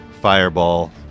Fireball